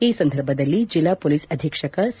ಈ ಸಂದರ್ಭದಲ್ಲಿ ಜಿಲ್ಲಾ ಪೊಲೀಸ್ ಅಧೀಕ್ಷಕ ಸಿ